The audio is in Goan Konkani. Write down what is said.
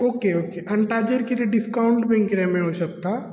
ऑके ऑके आनी ताचेर कितें डिस्कावंट बी कितें मेळूं शकता